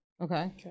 Okay